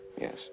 Yes